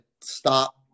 stop